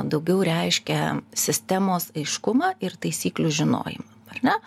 daugiau reiškia sistemos aiškumą ir taisyklių žinojimą ar ne